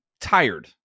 tired